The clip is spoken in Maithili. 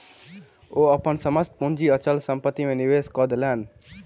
ओ अपन समस्त पूंजी अचल संपत्ति में निवेश कय देलैन